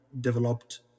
developed